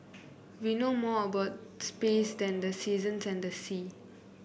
we know more about space than the seasons and the sea